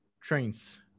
Trains